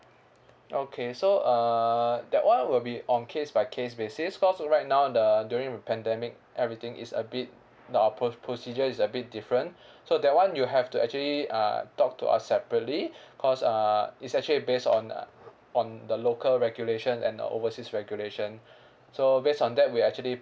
okay so uh that one will be on case by case basis cause right now the during the pandemic everything is a bit the our proc~ procedure is a bit different so that one you have to actually uh talk to us separately cause uh it's actually based on on the local regulation and the overseas regulation so based on that we actually